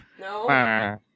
No